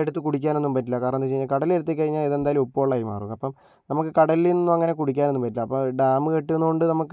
എടുത്ത് കുടിക്കാനൊന്നും പറ്റില്ല കാരണം എന്ന് വെച്ച് കഴിഞ്ഞാൽ കടലിൽ എത്തിക്കഴിഞ്ഞാൽ ഇതെന്തായാലും ഉപ്പ് വെള്ളമായി മാറും അപ്പോൾ നമുക്ക് കടലിൽനിന്ന് അങ്ങനെ കുടിക്കാനൊന്നും പറ്റില്ല അപ്പോൾ ഡാം കെട്ടുന്നതുകൊണ്ട് നമുക്ക്